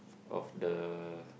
of the